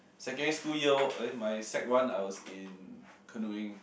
secondary school year eh my sec-one I was in canoeing